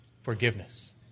forgiveness